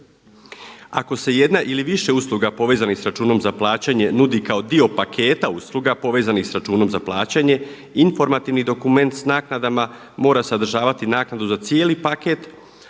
Ako se jedna ili više usluga povezanih sa računom za plaćanje nudi kao dio paketa usluga povezanih sa računom za plaćanje informativni dokument sa naknadama mora sadržavati naknadu za cijeli paket,